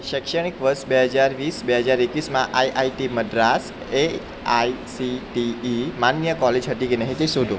શૈક્ષણિક વર્ષ બે હજાર વીસ બે હજાર એકવીસમાં આઈઆઈટી મદ્રાસ એઆઈસીટીઈ માન્ય કોલેજ હતી કે નહીં તે શોધો